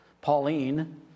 Pauline